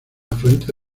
afluente